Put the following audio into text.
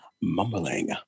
Mumbling